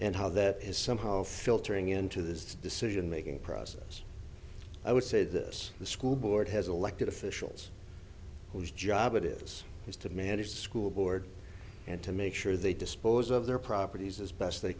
and how that is somehow filtering into this decision making process i would say this the school board has elected officials whose job it is is to manage school board and to make sure they dispose of their properties as best they